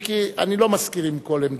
אם כי אני לא מסכים עם כל עמדותיו,